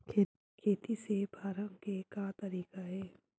खेती से फारम के का तरीका हे?